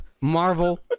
Marvel